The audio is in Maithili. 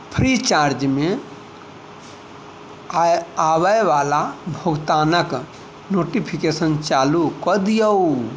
फ्रीचार्जमे आबयवला भुगतानक नोटिफिकेशन चालू कऽ दियौ